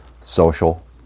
social